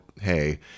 hey